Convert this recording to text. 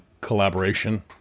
collaboration